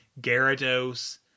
Gyarados